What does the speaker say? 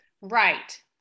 right